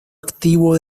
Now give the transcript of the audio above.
activo